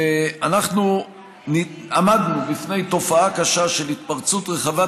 ואנחנו עמדנו בפני תופעה קשה של התפרצות רחבת